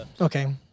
okay